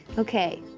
okay, ah,